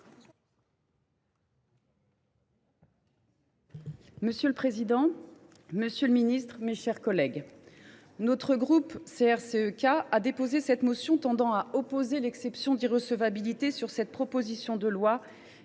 Monsieur le président, monsieur le garde des sceaux, mes chers collègues, le groupe CRCE K a déposé cette motion tendant à opposer l’exception d’irrecevabilité sur cette proposition de loi